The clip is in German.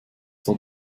war